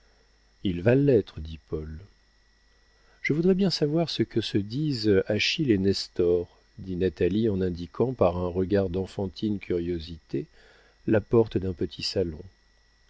il va l'être dit paul je voudrais bien savoir ce que se disent achille et nestor dit natalie en indiquant par un regard d'enfantine curiosité la porte d'un petit salon